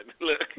Look